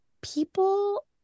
people